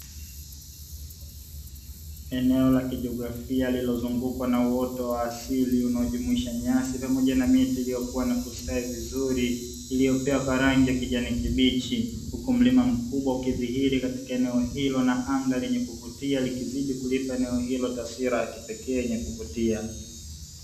Eneo la kijografia lililozungukwa na uwoto wa asili linaojumuisha nyasi pamoja na miti mikubwa iliyo stawi vizuri iliyomea kwa rangi ya kijani kibichi, huku mlima mkubwa ukidhihiri katika eneo hilo na mandhari ya kuvutia likizidi kulipa eneo hilo taswira ya kipekee ya kuvutia.